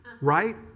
right